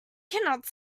cannot